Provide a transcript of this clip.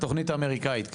התוכנית האמריקאית כן,